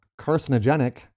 carcinogenic